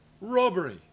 Robbery